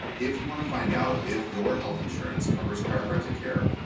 if you want to find out if your health insurance covers chiropractic care,